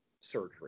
surgery